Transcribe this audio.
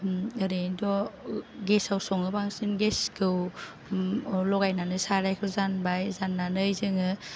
ओरैनोथ' गेसआव सङो बांसिन गेसखौ अर लगायनानै साराइखौ जानबाय जाननानै जोङो